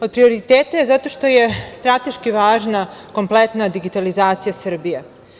Od prioriteta je zato što je strateški važna kompletna digitalizacija Srbije.